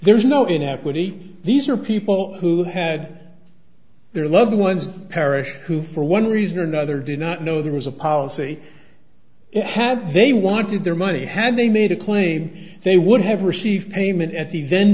there's no inequity these are people who had their loved ones perished who for one reason or another did not know there was a policy and had they wanted their money had they made a claim they would have received payment at the